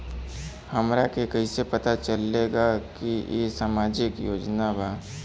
हमरा के कइसे पता चलेगा की इ सामाजिक योजना बा?